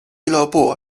俱乐部